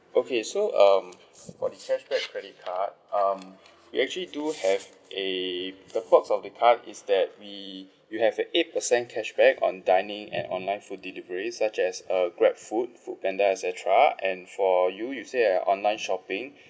okay so um for the cashback credit card um we actually do have a the perks of the card is that we we have an eight per cent cashback on dining and online food delivery such as uh Grab food Foodpanda et cetera and for you you said you're online shopping